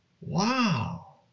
Wow